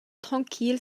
tranquille